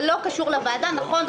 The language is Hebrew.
זה לא קשור לוועדה, נכון.